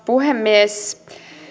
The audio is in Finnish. puhemies